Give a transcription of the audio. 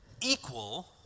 equal